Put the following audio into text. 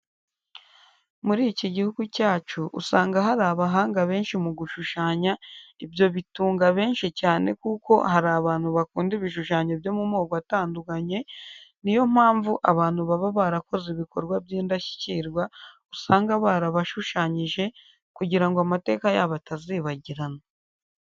Muri iki gihugu cyacu usanga hari abahanga benshi mu gushushanya, ibyo bitunga benshi cyane kuko hari abantu bakunda ibishushanyo byo mu moko atandukanye, niyo mpamvu abantu baba barakoze ibikorwa by'indashyikirwa usanga barabashushanyije kugira ngo amateka yabo atazibagirana.